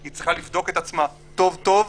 היא צריכה לבדוק את עצמה טוב טוב.